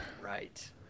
Right